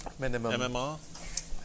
MMR